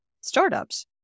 startups